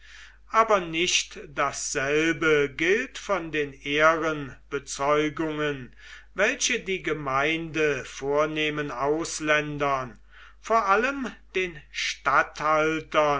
aber nicht dasselbe gilt von den ehrenbezeugungen welche die gemeinde vornehmen ausländern vor allem den